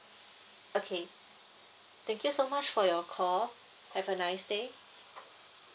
okay thank you so much for your call have a nice day